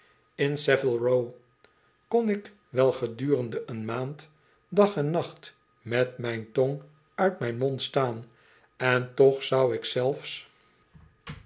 saville row kon ik wel gedurende een maand dag en nacht met mijn tong uit mijn mond staan en toch zou ik zelfs